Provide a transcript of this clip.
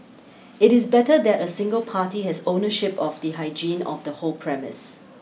it is better that a single party has ownership of the hygiene of the whole premise